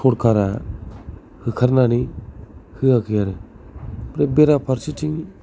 सरखारा होखारनानै होयाखै आरो दा बेरा फारसेथिं